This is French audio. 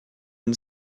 une